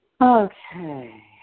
Okay